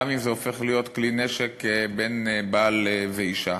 גם אם זה הופך להיות כלי נשק בין בעל ואישה.